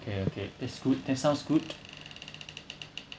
okay okay that's good that sounds good